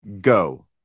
Go